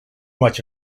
much